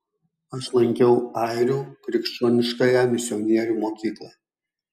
aš lankiau airių krikščioniškąją misionierių mokyklą